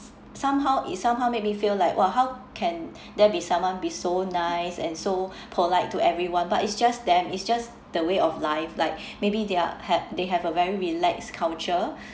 somehow it somehow make me feel like !wah! how can there be someone be so nice and so polite to everyone but it's just them it's just the way of life like maybe their have they have a very relax culture